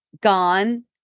gone